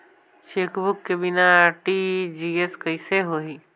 Chequebook के बिना RTGS कइसे होही?